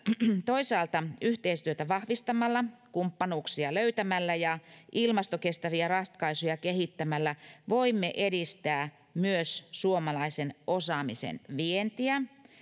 toisaalta yhteistyötä vahvistamalla kumppanuuksia löytämällä ja ilmastokestäviä ratkaisuja kehittämällä voimme edistää myös suomalaisen osaamisen vientiä